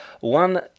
One